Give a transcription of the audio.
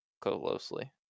closely